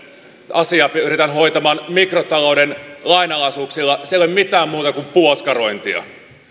asiat pyritään hoitamaan mikrotalouden lainalaisuuksilla se ei ole mitään muuta kuin puoskarointia